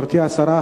גברתי השרה,